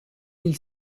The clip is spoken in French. mille